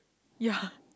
ya